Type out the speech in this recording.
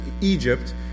Egypt